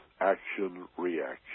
action-reaction